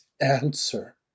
answer